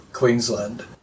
queensland